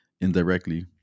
indirectly